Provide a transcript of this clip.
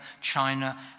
China